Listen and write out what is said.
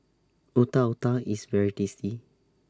Otak Otak IS very tasty